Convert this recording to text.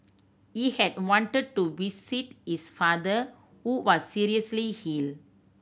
he had wanted to visit his father who was seriously hill